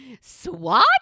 Swat